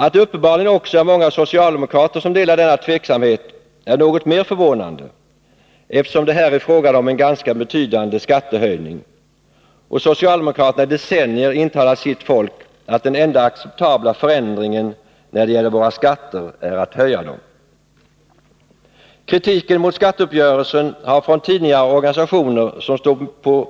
Att det uppenbarligen också är många socialdemokrater som delar denna tveksamhet är något mer förvånande, eftersom det här är fråga om en ganska betydande skattehöjning, och socialdemokraterna i decennier har intalat sitt folk att den enda acceptabla förändringen när det gäller våra skatter är en höjning av dem. Kritiken mot skatteuppgörelsen har från tidningar och organisationer